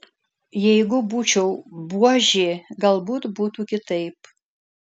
jeigu būčiau buožė galbūt būtų kitaip